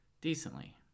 decently